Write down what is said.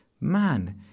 man